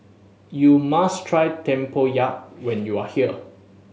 you must try tempoyak when you are here